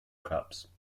cups